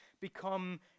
become